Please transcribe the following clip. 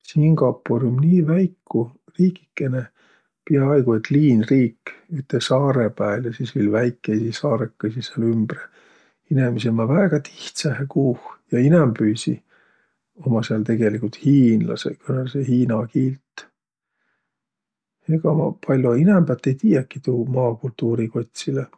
Singapur um nii väiku riigikene, piaaigu, et liinriik üte saarõ pääl ja sis viil väikeisi saarõkõisi sääl ümbre. Inemiseq ummaq väega tihtsähe kuuh. Ja inämbüisi ummaq sääl tegeligult hiinlasõq, kõnõlõsõq hiina kiilt. Egaq ma pall'o inämbät ei tiiäki tuu maa kultuuri kotsilõ.